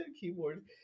keyboard